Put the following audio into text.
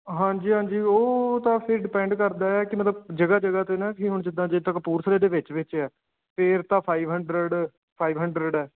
ਹਾਂਜੀ ਹਾਂਜੀ ਉਹ ਤਾਂ ਫਿਰ ਡਿਪੈਂਡ ਕਰਦਾ ਹੈ ਕਿ ਮਤਲਬ ਜਗ੍ਹਾ ਜਗ੍ਹਾ 'ਤੇ ਨਾ ਕਿ ਹੁਣ ਜਿੱਦਾਂ ਜੇ ਤਾਂ ਕਪੂਰਥਲੇ ਦੇ ਵਿੱਚ ਵਿੱਚ ਹੈ ਫਿਰ ਤਾਂ ਫਾਈਵ ਹੰਡਰਡ ਫਾਈਵ ਹੰਡਰਡ ਹੈ